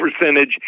percentage